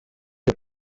uzi